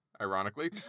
ironically